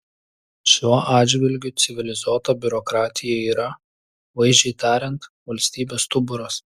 šiuo atžvilgiu civilizuota biurokratija yra vaizdžiai tariant valstybės stuburas